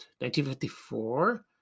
1954